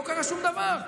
לא קרה שום דבר.